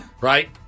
right